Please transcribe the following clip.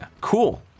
Cool